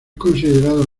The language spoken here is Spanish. considerado